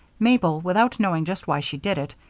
mabel, without knowing just why she did it,